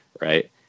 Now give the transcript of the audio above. right